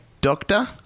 doctor